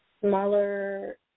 smaller